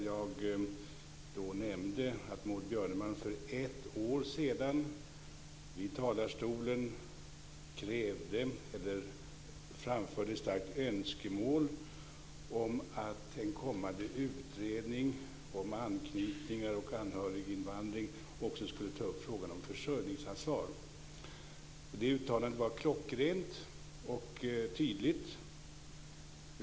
Jag nämnde att Maud Björnemalm för ett år sedan i talarstolen krävde, eller framförde ett starkt önskemål om, att en kommande utredning om anknytnings och anhöriginvandring också skulle ta upp frågan om försörjningsansvar. Det uttalandet var klockrent och tydligt.